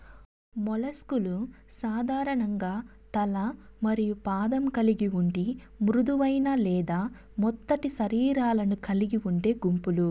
mollusc లు సాధారణంగా తల మరియు పాదం కలిగి ఉండి మృదువైన లేదా మెత్తటి శరీరాలను కలిగి ఉండే గుంపులు